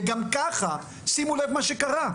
וגם ככה,